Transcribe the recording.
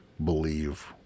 believe